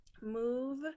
move